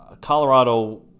Colorado